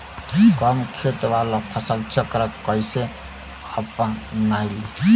कम खेत वाला फसल चक्र कइसे अपनाइल?